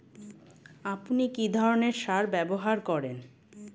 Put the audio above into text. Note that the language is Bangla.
আপনি কী ধরনের সার ব্যবহার করেন?